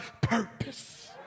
purpose